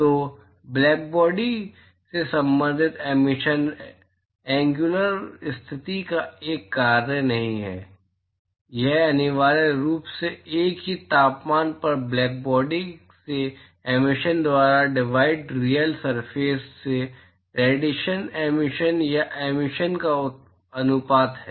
तो black body से संबंधित एमिशन एंग्युलर स्थिति का एक कार्य नहीं है यह अनिवार्य रूप से एक ही तापमान पर ब्लैकबॉडी से एमिशन द्वारा डिवाइड रियल सरफेस से रेडिएशन एमिशन या एमिशन का अनुपात है